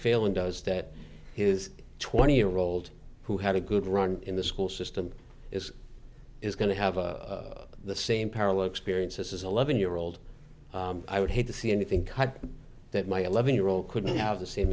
failing does that his twenty year old who had a good run in the school system is is going to have a the same parallel experience this is eleven year old i would have see anything that my eleven year old couldn't have the same